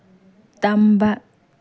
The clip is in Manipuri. ꯇꯝꯕ